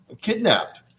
kidnapped